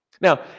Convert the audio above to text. Now